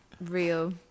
real